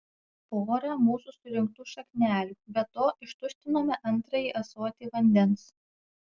porą mūsų surinktų šaknelių be to ištuštinome antrąjį ąsotį vandens